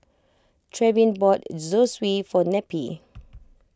Trevin bought Zosui for Neppie